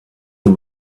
the